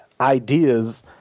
ideas